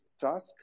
task